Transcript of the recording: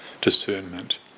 discernment